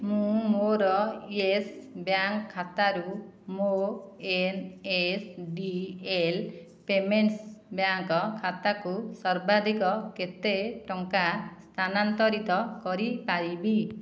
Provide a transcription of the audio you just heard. ମୁଁ ମୋର yes bank ଖାତାରୁ ମୋ N S D L payments bank ଖାତାକୁ ସର୍ବାଧିକ କେତେ ଟଙ୍କା ସ୍ଥାନାନ୍ତରିତ କରିପାରିବି